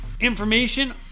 information